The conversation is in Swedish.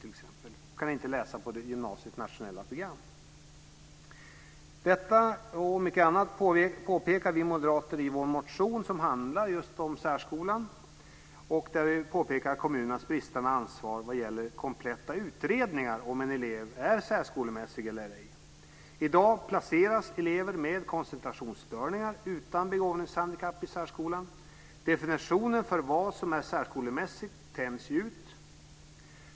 Det innebär att eleven inte kan läsa på gymnasiets nationella program. Detta och mycket annat påpekar vi moderater i vår motion som handlar om just särskolan. Vi påpekar kommunernas bristande ansvar vad gäller kompletta utredningar om en elev är särskolemässig eller ej. I dag placeras elever med koncentrationsstörningar utan begåvningshandikapp i särskolan. Definitionen för vad som är särskolemässigt tänjs ut.